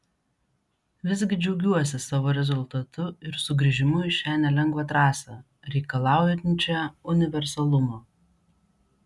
visgi džiaugiuosi savo rezultatu ir sugrįžimu į šią nelengvą trasą reikalaujančią universalumo